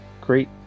great